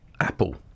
apple